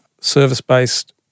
service-based